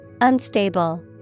Unstable